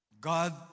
God